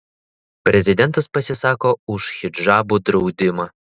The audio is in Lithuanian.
prezidentas pasisako už hidžabų draudimą